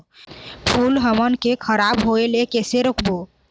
फूल हमन के खराब होए ले कैसे रोकबो?